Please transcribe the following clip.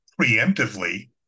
preemptively